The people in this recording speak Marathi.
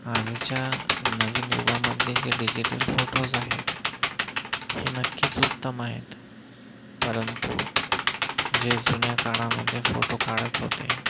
आजच्या नवीन युगामध्ये जे डिजिटल फोटोज आहेत हे नक्कीच उत्तम आहेत परंतु जे जुन्या काळामध्ये फोटो काढत होते